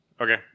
Okay